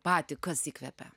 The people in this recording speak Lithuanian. patį kas įkvepia